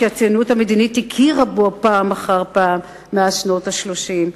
שהציונות המדינית הכירה בו פעם אחר פעם מאז שנות ה-30.